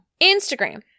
Instagram